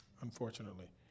Unfortunately